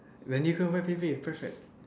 then you can Pei-Pei perfect